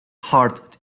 heart